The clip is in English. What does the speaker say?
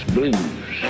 Blues